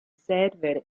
server